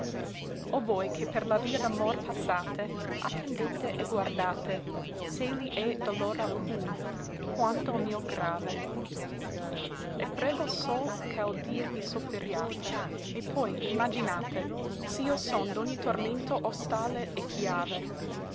o voi che per la via d'amor passate attendete e guardate s'elli è dolore alcun quanto l mio grave e prego sol ch'audir mi sofferiate e poi imaginate s'io son d'ogni tormento ostale e chiave